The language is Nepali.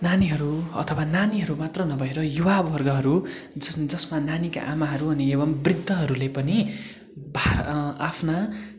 नानीहरू अथवा नानीहरू मात्र नभएर युवा वर्गहरू जसमा नानीको आमाहरू अनि एवम् बृद्धहरूले पनि भा आफ्ना